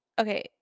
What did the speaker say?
okay